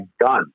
done